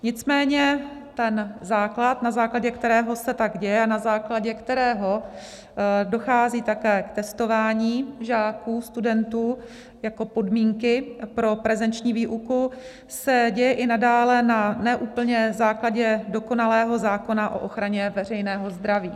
Nicméně ten základ, na základě kterého se tak děje a na základě kterého dochází také k testování žáků, studentů jako podmínky pro prezenční výuku, se děje i nadále na základě ne úplně dokonalého zákona o ochraně veřejného zdraví.